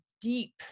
deep